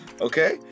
Okay